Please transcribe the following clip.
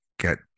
get